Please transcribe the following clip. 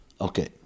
Okay